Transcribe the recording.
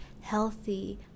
healthy